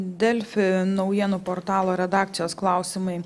delfi naujienų portalo redakcijos klausimai